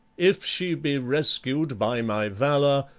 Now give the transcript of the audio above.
if she be rescued by my valor,